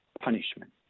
punishment